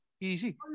easy